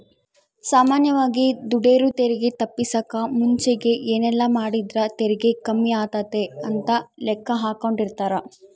ಸಾಮಾನ್ಯವಾಗಿ ದುಡೆರು ತೆರಿಗೆ ತಪ್ಪಿಸಕ ಮುಂಚೆಗೆ ಏನೆಲ್ಲಾಮಾಡಿದ್ರ ತೆರಿಗೆ ಕಮ್ಮಿಯಾತತೆ ಅಂತ ಲೆಕ್ಕಾಹಾಕೆಂಡಿರ್ತಾರ